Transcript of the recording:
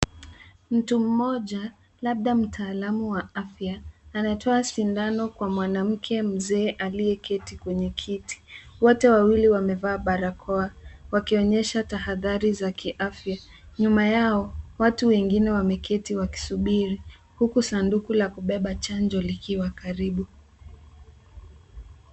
Mtu mmoja labda mtaalamu wa afya, anatoa sindano kwa mwanamke mzee aliyeketi kwenye kiti. Wote wawili wamevaa barakoa, wakionyesha tahadhari za kiafya. Nyuma yao, watu wengine wameketi wakisubiri, huku sanduku la kubeba chanjo likiwa karibu.